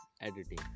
editing